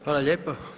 Hvala lijepo.